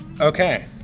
Okay